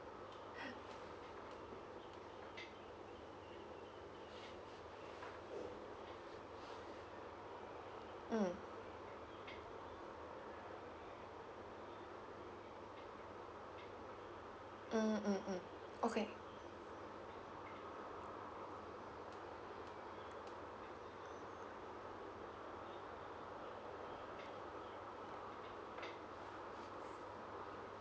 mm mm mm mm okay